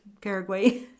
Paraguay